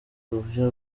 uruhushya